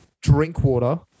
Drinkwater